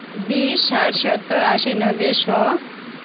बीस साठि सत्तरि अस्सी नब्बे सए